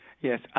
Yes